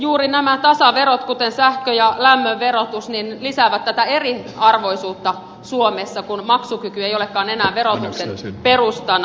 juuri nämä tasaverot kuten sähkön ja lämmön verotus lisäävät tätä eriarvoisuutta suomessa kun maksukyky ei olekaan enää verotuksen perustana